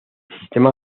sistema